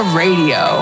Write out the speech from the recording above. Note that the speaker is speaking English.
radio